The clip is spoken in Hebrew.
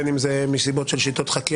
בין אם זה מסיבות של שיטות חקירה,